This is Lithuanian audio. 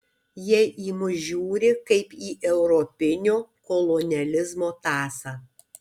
jie į mus žiūri kaip į europinio kolonializmo tąsą